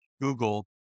Google